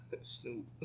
Snoop